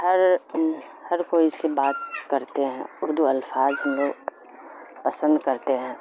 ہر ہر کوئی سے بات کرتے ہیں اردو الفاظ ہم لوگ پسند کرتے ہیں